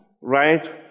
right